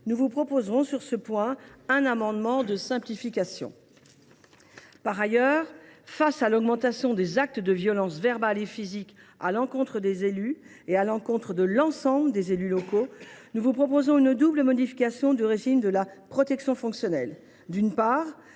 Nous vous proposerons sur ce point un amendement de simplification. Par ailleurs, devant l’augmentation des actes de violence verbale et physique à l’encontre de l’ensemble des élus locaux, nous proposons une double modification du régime de la protection fonctionnelle. D’une part,